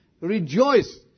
Rejoice